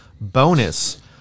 Bonus